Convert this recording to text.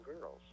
girls